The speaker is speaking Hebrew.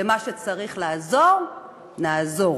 במה שצריך לעזור נעזור,